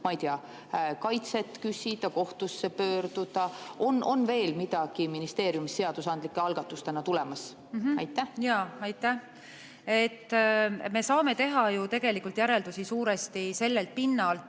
ma ei tea, kaitset küsida, kohtusse pöörduda? On veel midagi ministeeriumist seadusandlike algatustena tulemas? Aitäh! Me saame teha järeldusi suuresti sellelt pinnalt,